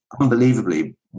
unbelievably